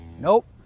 Nope